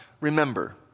remember